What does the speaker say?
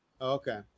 Okay